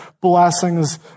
blessings